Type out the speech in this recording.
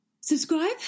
Subscribe